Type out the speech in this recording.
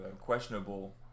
questionable